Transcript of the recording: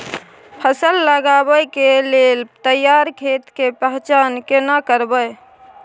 फसल लगबै के लेल तैयार खेत के पहचान केना करबै?